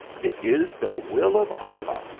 it is the will of allah!